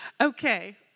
Okay